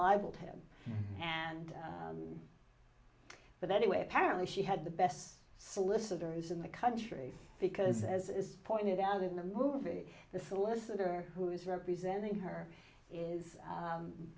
libeled him and but anyway apparently she had the best solicitors in the country because as is pointed out in the movie the solicitor who is representing her is